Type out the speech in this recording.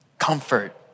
comfort